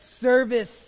service